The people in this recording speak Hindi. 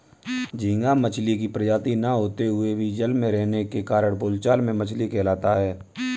झींगा मछली की प्रजाति न होते हुए भी जल में रहने के कारण बोलचाल में मछली कहलाता है